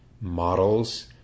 models